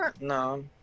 No